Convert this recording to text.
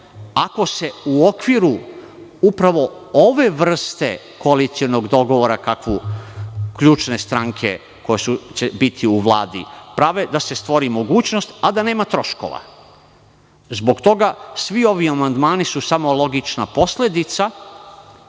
ako se u okviru upravo ove vrste koalicionog dogovora kakvu ključne stranke koje će biti prave, da se stvori mogućnost, a da nema troškova. Zbog toga su svi ovi amandmani samo logična posledica,